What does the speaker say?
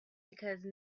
because